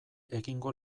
egingo